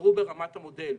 נשארו ברמת המודל.